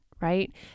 right